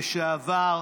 לשבת.